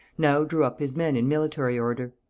now drew up his men in military order.